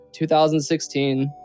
2016